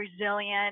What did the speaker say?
resilient